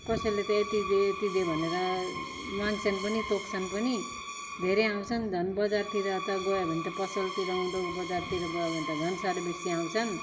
कसैले त यति दे यति दे भनेर माग्छन् पनि तोक्छन् पनि धेरै आउँछन् झन् बजारतिर त गयो भने पसलतिर उँदो उँभो जतातिर गयो भने त झन् साह्रो बेसि आउँछन्